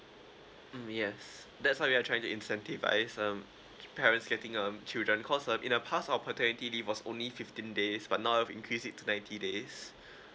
mm yes that's why we're trying to incentivise um parents getting um children cause um in the past our paternity leave was only fifteen days but now we've increased it to ninety days